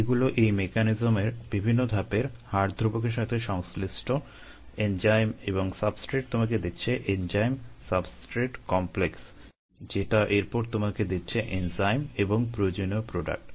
এগুলো এই মেকানিজম যেটা এরপর তোমাকে দিচ্ছে এনজাইম এবং প্রয়োজনীয় প্রোডাক্ট